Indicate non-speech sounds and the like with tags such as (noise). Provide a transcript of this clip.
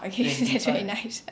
okay (laughs) that's very nice (laughs)